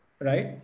right